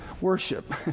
worship